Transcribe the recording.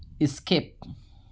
skip